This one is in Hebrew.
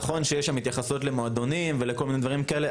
נכון שיש שם התייחסות למועדונים ולכל מיני דברים כאלה,